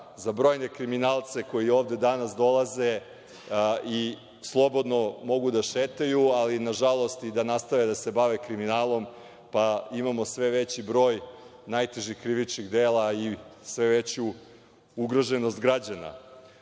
za brojne kriminalce koji ovde danas dolaze i slobodno mogu da šetaju, ali, nažalost, i da nastave da se bave kriminalom, pa imamo sve veći broj najtežih krivičnih dela i sve veću ugroženost građana? Ove